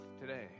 today